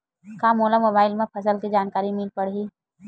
का मोला मोबाइल म फसल के जानकारी मिल पढ़ही?